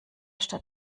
statt